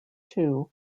too